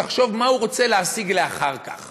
תחשוב מה הוא רוצה להשיג אחר כך,